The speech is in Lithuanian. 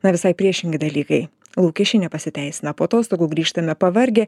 na visai priešingi dalykai lūkesčiai nepasiteisina po atostogų grįžtame pavargę